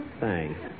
Thanks